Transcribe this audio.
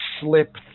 slip